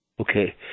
Okay